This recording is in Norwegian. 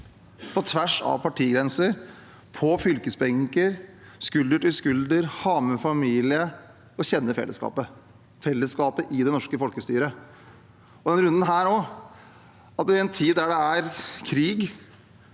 på tvers av partigrenser, på fylkesbenker, skulder til skulder, har med familie og kjenner fellesskapet – fellesskapet i det norske folkestyret. I denne runden her nå, i en tid der det er krig